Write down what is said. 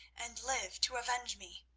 and live to avenge me.